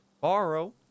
borrow